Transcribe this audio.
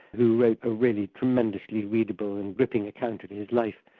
who wrote a really tremendously readable and gripping account of his life,